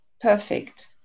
perfect